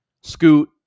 Scoot